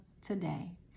today